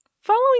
Following